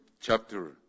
chapter